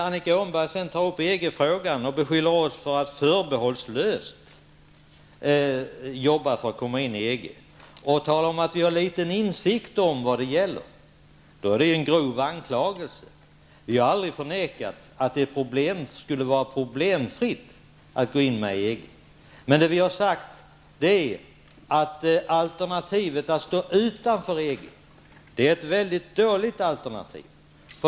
Annika Åhnberg tar upp EG-frågan och beskyller moderata samlingspartiet för att förbehållslöst arbeta för att Sverige skall komma in i EG. Hon säger att vi har liten insikt om vad det gäller. Det är en grov anklagelse. Vi har aldrig förnekat att det finns problem med att gå in i EG. Men alternativet att stå utanför EG är ett mycket dåligt alternativ.